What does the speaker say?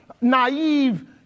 naive